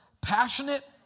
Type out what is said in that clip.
Passionate